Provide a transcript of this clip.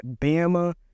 Bama